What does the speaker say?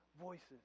voices